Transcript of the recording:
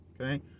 okay